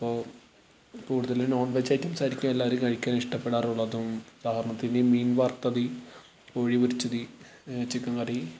അപ്പോൾ കൂടുതലും non veg items ആയിരിക്കും എല്ലാവരും കഴിക്കാൻ ഇഷ്ടപ്പെടാറുള്ളതും ഉദാഹരണത്തിന് മീൻ വറുത്തത് കോഴി പൊരിച്ചത് ചിക്കൻ കറി